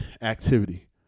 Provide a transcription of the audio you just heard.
activity